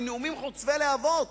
בנאומים חוצבי להבות,